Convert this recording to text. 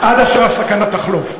עד אשר הסכנה תחלוף.